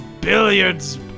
billiards